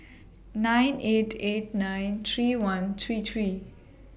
nine eight eight nine three one three three